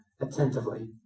attentively